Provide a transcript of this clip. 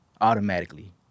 automatically